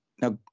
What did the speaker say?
Now